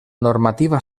normativa